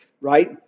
right